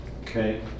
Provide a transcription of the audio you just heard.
Okay